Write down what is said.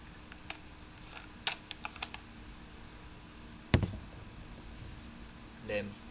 damn